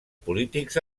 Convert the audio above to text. polítics